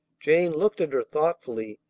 jane looked at her thoughtfully,